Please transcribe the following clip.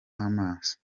amaso